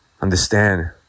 understand